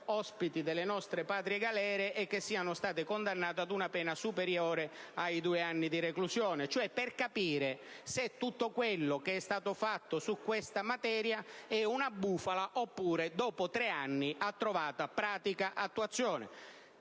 ospiti delle nostre patrie galere e che siano stati condannati ad una pena superiore a due anni di reclusione. Per capire, cioè, se tutto quello che è stato fatto su questa materia è una "bufala" oppure se, dopo tre anni, ha trovato pratica attuazione.